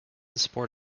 sport